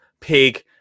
pig